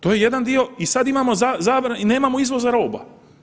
To je jedan dio i sad imamo zabranu i nemamo izvoza roba.